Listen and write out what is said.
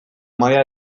maila